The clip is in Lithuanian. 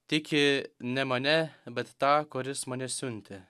tiki ne mane bet tą kuris mane siuntė